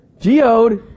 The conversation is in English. geode